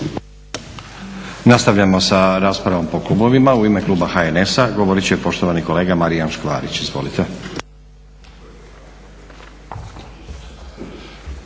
Nastavljamo sa raspravom po klubovima. U ime kluba HNS-a govorit će poštovani kolega Marijan Škvarić. Izvolite.